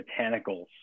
botanicals